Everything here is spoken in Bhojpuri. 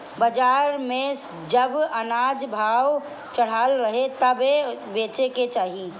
बाजार में जब अनाज भाव चढ़ल रहे तबे बेचे के चाही